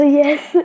yes